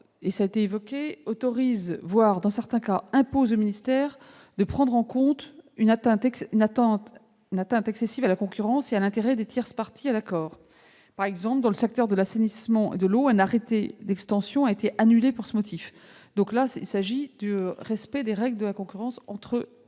d'État autorise et même impose dans certains cas au ministère de prendre en compte une atteinte excessive à la concurrence et à l'intérêt des tierces parties à l'accord. Par exemple, dans le secteur de l'assainissement et de l'eau, un arrêté d'extension a été annulé sur ce motif. Il s'agit ici de faire respecter les règles de la concurrence entre